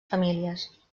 famílies